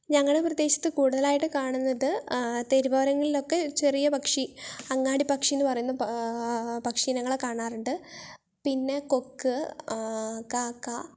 ഞങ്ങളുടെ പ്രദേശത്ത് കൂടുതലായിട്ട് കാണുന്നത് ആ തെരുവോരങ്ങളിലൊക്കെ ഒരു ചെറിയ പക്ഷി അങ്ങാടിപ്പക്ഷി എന്ന് പറയുന്ന പാ പക്ഷി ഇനങ്ങളെ കാണാറുണ്ട് പിന്നെ കൊക്ക് കാക്ക